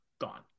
gone